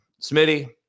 Smitty